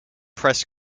press